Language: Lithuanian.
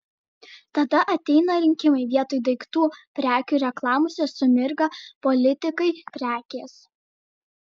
tada ateina rinkimai vietoj daiktų prekių reklamose sumirga politikai prekės